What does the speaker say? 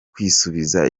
kwisubiza